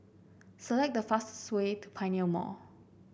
select the fastest way to Pioneer Mall